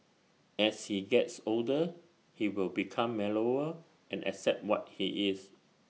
as he gets older he will become mellower and accept what he is